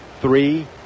Three